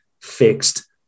fixed